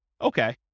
Okay